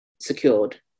secured